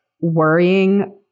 worrying